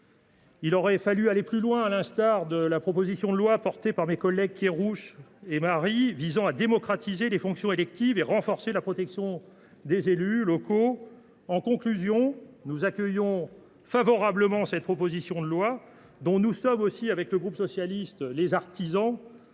Il aurait fallu aller plus loin, à l’instar de la proposition de loi de mes collègues Éric Kerrouche et Didier Marie visant à démocratiser les fonctions électives et renforcer la protection des élus locaux. En conséquence, nous accueillons favorablement cette proposition de loi, dont le groupe socialiste est aussi